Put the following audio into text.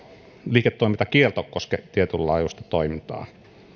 liiketoimintakielto koske tietynlaajuista toimintaa